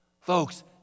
Folks